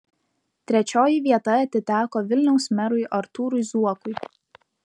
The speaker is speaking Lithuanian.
trečioji vieta atiteko vilniaus merui artūrui zuokui